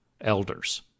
elders